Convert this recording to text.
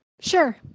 Sure